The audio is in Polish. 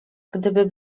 gdyby